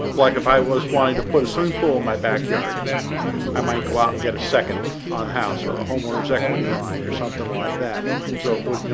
like if i was wanting to put a swimming pool my backyard i might go out and get a second on the house or a home owner's equity line or something like that so well,